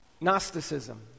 gnosticism